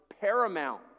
paramount